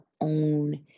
own